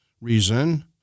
reason